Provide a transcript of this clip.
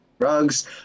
drugs